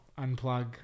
unplug